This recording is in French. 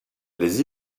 les